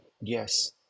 yes